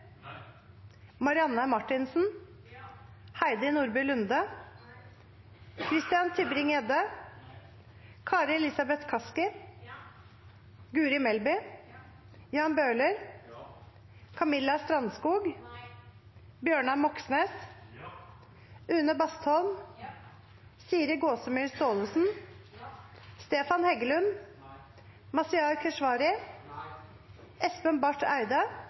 Marianne Marthinsen, Kari Elisabeth Kaski, Guri Melby, Jan Bøhler, Bjørnar Moxnes, Une Bastholm, Siri Gåsemyr Staalesen,